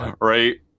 right